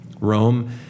Rome